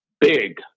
big